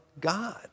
God